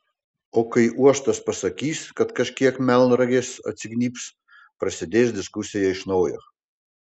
o kai uostas pasakys kad kažkiek melnragės atsignybs prasidės diskusija iš naujo